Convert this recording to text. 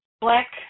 black